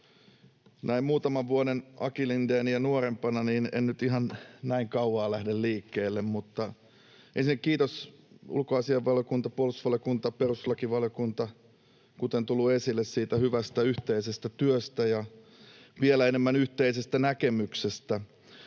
Näin muutaman vuoden Aki Lindéniä nuorempana en nyt ihan näin kaukaa lähde liikkeelle. Mutta ensinnäkin kiitos, ulkoasiainvaliokunta, puolustusvaliokunta ja perustuslakivaliokunta, kuten on tullut esille, siitä hyvästä yhteisestä työstä ja vielä enemmän yhteisestä näkemyksestä.